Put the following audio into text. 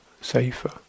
safer